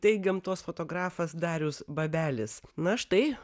tai gamtos fotografas darius babelis na štai